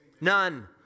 none